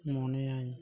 ᱢᱚᱱᱮᱭᱟᱭ